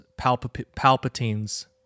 Palpatine's